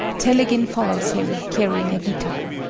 telegin follows him, carrying a guitar.